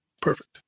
Perfect